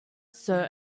sir